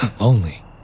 lonely